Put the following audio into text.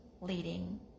leading